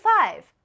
five